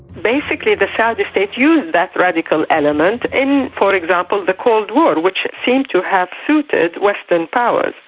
basically the saudi state used that radical element in, for example, the cold war, which seemed to have suited western powers,